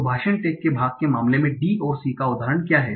तो भाषण टैग के भाग के मामले में d और c का उदाहरण क्या है